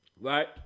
Right